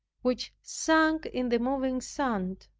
which sunk in the moving sand.